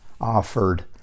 offered